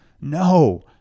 No